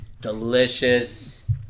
Delicious